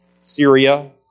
Syria